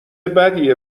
بدیه